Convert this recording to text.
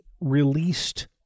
released